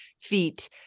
feet